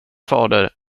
fader